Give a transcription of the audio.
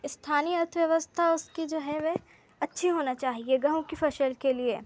स्थानीय अर्थव्यवस्था उसकी जो है वह अच्छी होनी चाहिए गाँव की फसल के लिए